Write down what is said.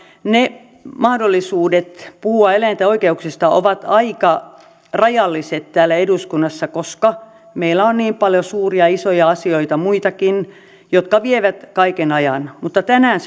mahdollisuudet puhua eläinten oikeuksista ovat aika rajalliset täällä eduskunnassa koska meillä on niin paljon suuria ja isoja asioita muitakin jotka vievät kaiken ajan mutta tänään